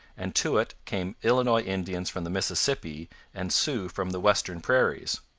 and to it came illinois indians from the mississippi and sioux from the western prairies.